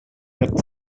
had